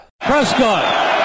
Prescott